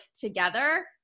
together